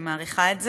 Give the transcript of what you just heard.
אני מעריכה את זה.